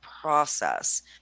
process